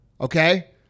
okay